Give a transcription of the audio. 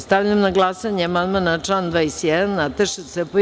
Stavljam na glasanje amandman Nataša Sp.